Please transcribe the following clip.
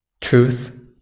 truth